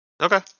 Okay